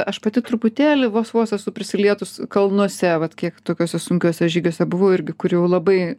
aš pati truputėlį vos vos esu prisilietus kalnuose vat kiek tokiuose sunkiuose žygiuose buvau irgi kur jau labai